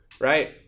Right